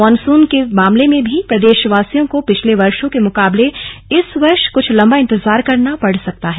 monsoon के मामले में भी प्रदेशवासियों को पिछले वर्षो के मुकाबले इस वर्ष कुछ लंबा इंतजार करना पड सकता है